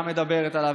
גם מדברת עליו.